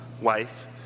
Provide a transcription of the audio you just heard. wife